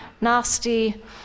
nasty